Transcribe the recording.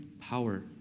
power